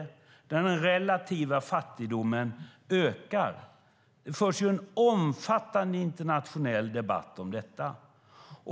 Den relativa fattigdomen ökar. Det förs en omfattande internationell debatt om detta.